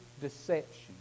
deception